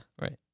Right